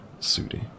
Sudi